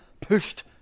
pushed